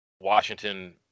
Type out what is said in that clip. Washington